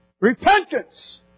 Repentance